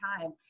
time